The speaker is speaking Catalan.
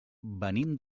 venim